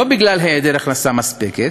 לא בגלל היעדר הכנסה מספקת,